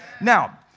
Now